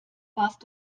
warst